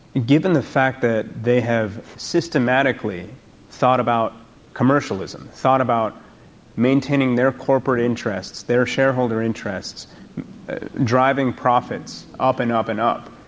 given the fact that they have systematically thought about commercialism thought about maintaining their corporate interests, their shareholder interests driving profits up and up and up,